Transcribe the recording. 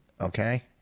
okay